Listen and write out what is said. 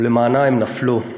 ולמענה הם נפלו.